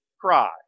cry